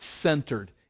centered